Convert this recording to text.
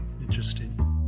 interesting